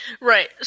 Right